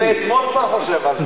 מאפשר לך.